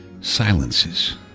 silences